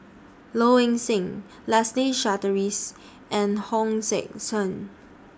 Low Ing Sing Leslie Charteris and Hong Sek Chern